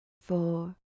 four